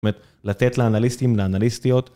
זאת אומרת, לתת לאנליסטים לאנליסטיות.